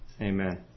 Amen